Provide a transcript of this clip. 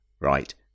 right